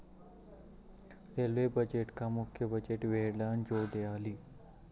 railway बजेटका मुख्य budget वंगडान जोडल्यानी